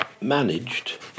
managed